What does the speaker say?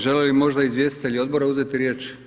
Žele li možda izvjestitelji odbora uzeti riječ?